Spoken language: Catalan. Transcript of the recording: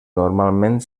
normalment